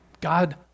God